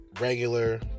regular